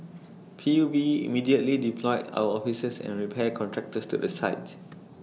P U B immediately deployed our officers and repair contractors to the site